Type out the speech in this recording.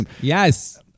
Yes